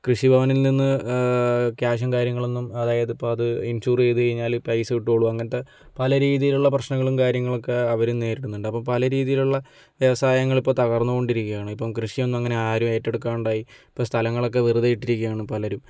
കൃഷി ഭവനിൽ നിന്ന് ക്യാഷും കാര്യങ്ങളൊന്നും അതായത് ഇപ്പം അത് ഇൻഷൂർ ചെയ്ത് കഴിഞ്ഞാൽ പൈസ കിട്ടുകയുള്ളു അങ്ങനത്തെ പല രീതിയിലുള്ള പ്രശ്നങ്ങളും കാര്യങ്ങളൊക്കെ അവർ നേരിടുന്നുണ്ട് അപ്പം പല രീതീയിലുള്ള വ്യവസായങ്ങൾ ഇപ്പം തകർന്ന് കൊണ്ടിരിക്കുകയാണ് ഇപ്പം കൃഷിയൊന്നും അങ്ങനെ ആരും ഏറ്റെടുക്കാതെയായി ഇപ്പം സ്ഥലങ്ങളൊക്കെ വെറുതെ ഇട്ടിരിക്കുകയാണ് പലരും